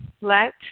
Let